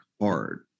hard